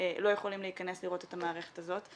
לא יכולים להיכנס לראות את המערכת הזאת.